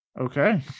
Okay